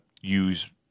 use